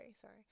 sorry